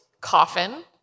coffin